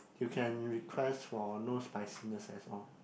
you can request for no spiciness as all